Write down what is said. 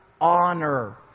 honor